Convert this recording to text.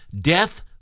death